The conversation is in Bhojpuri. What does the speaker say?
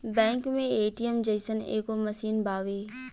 बैंक मे ए.टी.एम जइसन एगो मशीन बावे